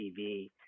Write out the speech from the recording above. TV